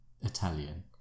Italian